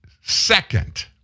second